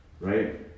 Right